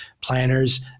planners